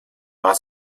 war